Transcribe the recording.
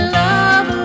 love